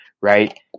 right